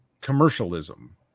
commercialism